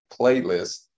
playlist